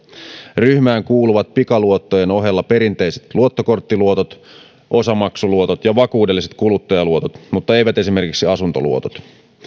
ryhmään kuuluvat pikaluottojen ohella perinteiset luottokorttiluotot osamaksuluotot ja vakuudelliset kuluttajaluotot mutta eivät esimerkiksi asuntoluotot